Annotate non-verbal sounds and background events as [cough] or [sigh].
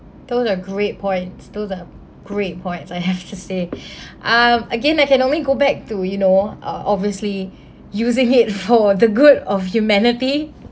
those are great points those are great points I have to say [breath] um again I can only go back to you know uh obviously using it for the good of humanity